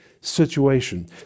situation